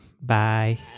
Bye